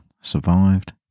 survived